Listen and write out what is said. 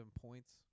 points